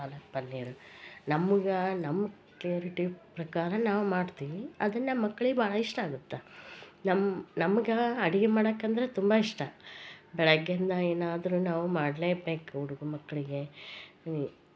ಪನೀರ್ ನಮ್ಗ ನಮ್ಮ ಪ್ರಯೋರಿಟಿ ಪ್ರಕಾರ ನಾವು ಮಾಡ್ತೀವಿ ಅದ್ನ ಮಕ್ಳಿಗ ಭಾಳ ಇಷ್ಟ ಆಗುತ್ತೆ ನಮ್ಮ ನಮ್ಗ ಅಡಿಗೆ ಮಾಡಕ್ಕಂದ್ರ ತುಂಬಾ ಇಷ್ಟ ಬೆಳಗ್ಗಿಂದ ನಾವು ಏನಾದರು ಮಾಡಲೇಬೇಕು ಹುಡುಗ ಮಕ್ಕಳಿಗೆ ಈ